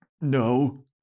No